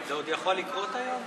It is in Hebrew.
זה עוד יכול לקרות היום?